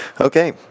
Okay